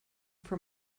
for